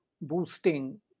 boosting